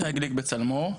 שי גליק, "בצלמו".